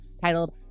titled